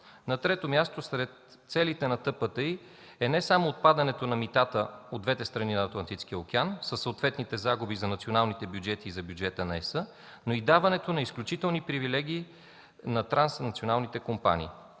На трето място, сред целите на ТПТИ е не само отпадането на митата от двете страни на Атлантическия океан, със съответните загуби за националните бюджети и за бюджета на ЕС, но и даването на изключителни привилегии на транснационалните компании.